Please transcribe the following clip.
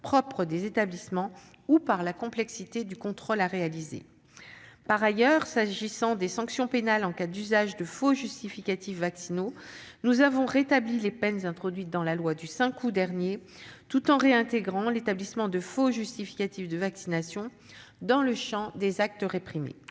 propres aux établissements ou par la complexité du contrôle à réaliser. Par ailleurs, s'agissant des sanctions pénales en cas d'usage de faux justificatifs vaccinaux, nous avons rétabli les peines introduites dans la loi du 5 août dernier, tout en réintégrant l'établissement de faux justificatifs de vaccination dans le champ des actes réprimés.